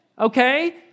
okay